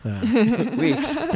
Weeks